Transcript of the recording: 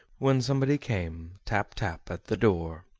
when somebody came, tap, tap, at the door.